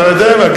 אתה יודע מה?